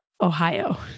Ohio